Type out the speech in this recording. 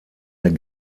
der